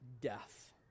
death